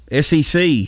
SEC